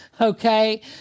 Okay